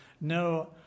no